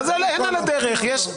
אין דרך.